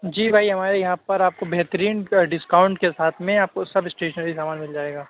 جی بھائی ہمارے یہاں پر آپ کو بہترین ڈسکاؤنٹ کے ساتھ میں آپ کو سب اسٹیشنری سامان مِل جائے گا